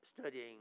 studying